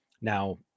now